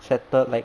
settle like